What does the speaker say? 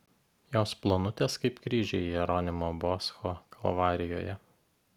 jos plonutės kaip kryžiai jeronimo boscho kalvarijoje